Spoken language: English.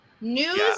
News